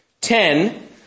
Ten